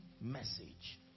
message